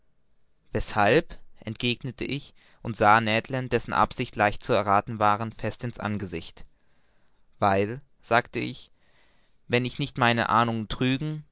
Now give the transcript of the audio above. weshalb entgegnete ich und sah ned land dessen absichten leicht zu errathen waren fest in's angesicht weil sagte ich wenn nicht meine ahnungen mich trügen